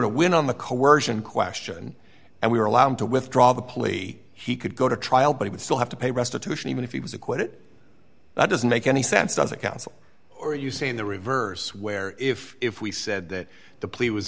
to win on the coersion question and we were allowed to withdraw the plea he could go to trial but he would still have to pay restitution even if he was acquitted that doesn't make any sense does it counsel or you say in the reverse where if if we said that the plea was